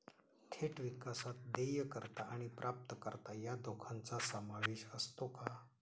थेट विकासात देयकर्ता आणि प्राप्तकर्ता या दोघांचा समावेश असतो का?